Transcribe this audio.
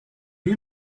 you